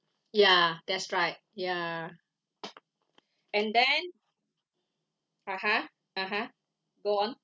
ya that's right ya and then (uh huh) (uh huh) go on